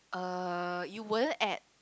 uh you wouldn't ate